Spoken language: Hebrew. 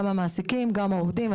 גם המעסיקים גם העובדים.